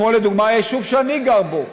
כמו לדוגמה היישוב שאני גר בו,